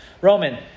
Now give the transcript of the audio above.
Roman